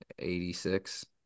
86